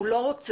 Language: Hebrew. הוא לא רוצה.